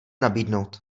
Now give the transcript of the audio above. nabídnout